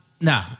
No